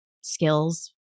skills